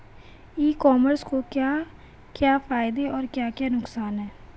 ई commerce के क्या क्या फायदे और क्या क्या नुकसान है?